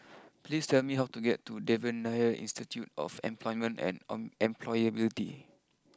please tell me how to get to Devan Nair Institute of Employment and Employability